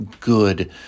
good